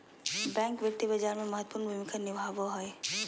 bank वित्तीय बाजार में महत्वपूर्ण भूमिका निभाबो हइ